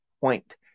point